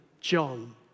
John